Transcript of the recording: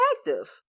active